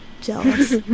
jealous